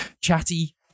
chatty